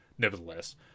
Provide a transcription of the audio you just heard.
nevertheless